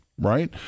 right